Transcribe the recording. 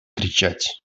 кричать